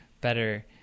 better